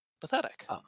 Pathetic